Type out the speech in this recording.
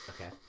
Okay